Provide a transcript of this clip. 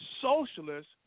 socialist